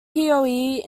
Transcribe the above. poe